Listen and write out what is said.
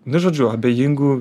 nu žodžiu abejingų